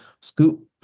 scoop